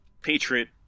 patriot